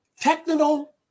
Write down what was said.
technical